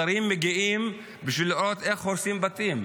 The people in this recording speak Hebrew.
שרים מגיעים בשביל לראות איך הורסים בתים.